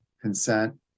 consent